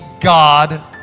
God